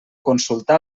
consultar